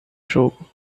jogo